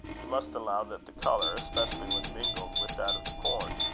you must allow that the colour, especially when mingled with that of the corn,